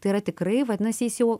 tai yra tikrai vadinasi jis jau